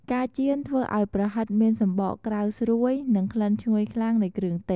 ការចៀនធ្វើឱ្យប្រហិតមានសំបកក្រៅស្រួយ និងក្លិនឈ្ងុយខ្លាំងនៃគ្រឿងទេស។